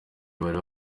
bari